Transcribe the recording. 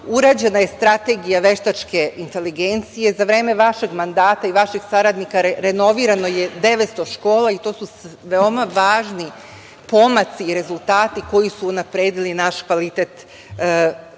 važno. Urađena je strategija veštačke inteligencije, za vreme vašeg mandata i vaših saradnika renovirano je 900 škola i to su veoma važni pomaci i rezultati koji su unapredili naš kvalitet vaspitanja